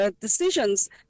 decisions